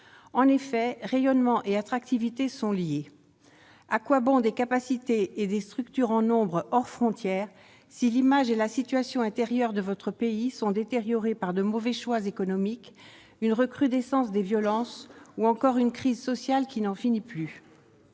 En effet, rayonnement et attractivité sont liés. À quoi bon des capacités et des structures en nombre hors frontières si l'image et la situation intérieure de votre pays sont détériorées par de mauvais choix économiques, une recrudescence des violences, ou encore une crise sociale qui n'en finit plus ?